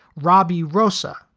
robbie rosa,